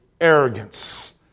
arrogance